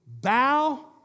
bow